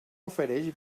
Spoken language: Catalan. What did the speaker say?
ofereix